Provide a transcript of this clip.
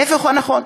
ההפך הוא נכון.